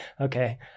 okay